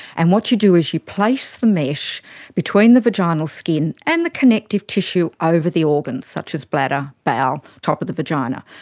and what you do is you place the mesh between the vaginal skin and the connective tissue over the organs, such as bladder, bowel, top of the vagina.